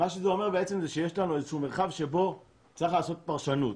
מה שזה אומר בעצם זה שיש לנו איזה מרחב שבו צריך לעשות פרשנות.